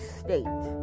state